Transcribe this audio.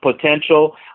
potential